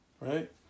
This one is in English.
Right